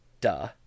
Duh